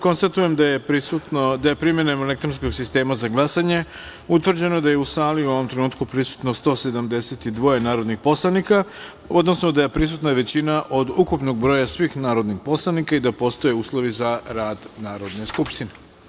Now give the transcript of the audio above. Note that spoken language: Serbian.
Konstatujem da je primenom elektronskog sistema za glasanje utvrđeno da su u sali prisutna u ovom trenutku 172 narodna poslanika, odnosno da je prisutna većina od ukupnog broja svih narodnih poslanika i da postoje uslovi za rad Narodne skupštine.